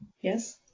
Yes